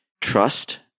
trust